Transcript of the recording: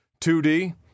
2D